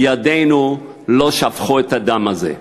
"ידינו לא שפכו את הדם הזה".